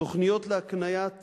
תוכניות להקניית